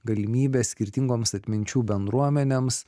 galimybę skirtingoms atminčių bendruomenėms